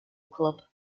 club